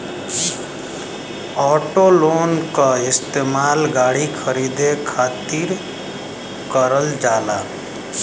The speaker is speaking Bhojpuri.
ऑटो लोन क इस्तेमाल गाड़ी खरीदे खातिर करल जाला